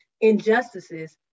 injustices